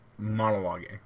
monologuing